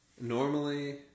Normally